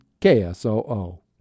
KSOO